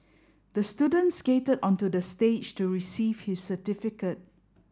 the student skated onto the stage to receive his certificate